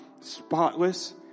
spotless